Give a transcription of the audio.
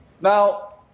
Now